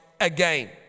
again